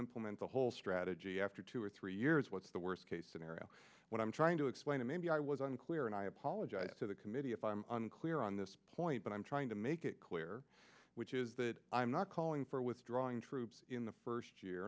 implement the whole strategy after two or three years what's the worst case scenario what i'm trying to explain to maybe i was unclear and i apologize to the committee if i'm unclear on this point but i'm trying to make it clear which is that i'm not calling for withdrawing troops in the first year